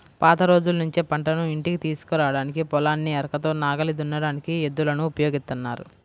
పాత రోజుల్నుంచే పంటను ఇంటికి తీసుకురాడానికి, పొలాన్ని అరకతో నాగలి దున్నడానికి ఎద్దులను ఉపయోగిత్తన్నారు